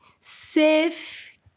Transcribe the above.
Safe